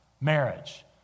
marriage